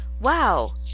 wow